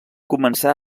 comença